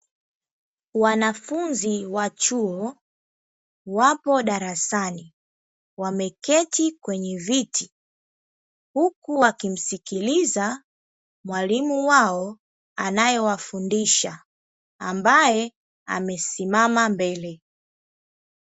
Wanafunzi wa chuo wapo darasani wameketi kwenye viti, huku wakimsikiliza mwalimu wao anayewafundisha, ambaye amesimama mbele.